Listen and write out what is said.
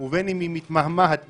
ובין אם היא מתמהמהת בינתיים,